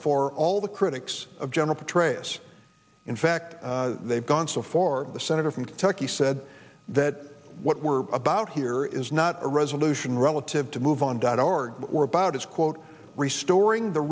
for all the critics of general petraeus in fact they've gone so far the senator from kentucky said that what we're about here is not a resolution relative to move on dot org or about it's quote restoring the